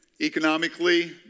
economically